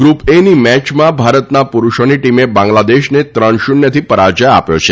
group A ની મેચમાં ભારતના પુરૂષોની ટીમે બાંગ્લાદેશને ત્રણ શૂન્યથી પરાજય આપ્યો છે